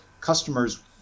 customers